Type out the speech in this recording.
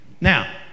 Now